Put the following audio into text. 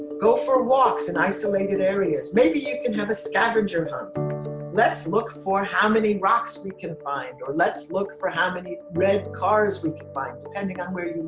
go for walks in isolated areas maybe you can have a scavenger hunt let's look for how many rocks we can find or let's look for how many red cars we can find depending on where